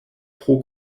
pro